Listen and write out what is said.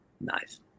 Nice